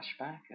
flashback